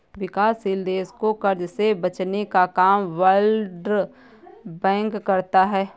विकासशील देश को कर्ज से बचने का काम वर्ल्ड बैंक करता है